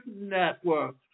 network